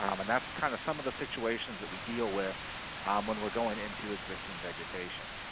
um and that's kind of some of the situations that we deal with when we're going into existing vegetation.